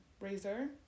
razor